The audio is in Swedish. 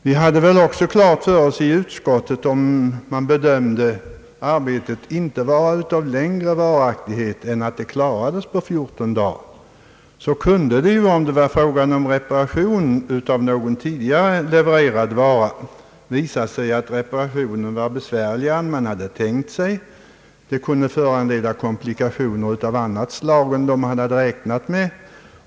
Vi hade i utskottet också klart för oss att om man bedömde arbetet inte vara av längre varaktighet än att det klarades på 14 dagar kunde det vid reparation av en tidigare levererad vara uppträda komplikationer t.ex. på så sätt att reparationen visade sig vara besvärligare än vad man från början räknat med.